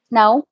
now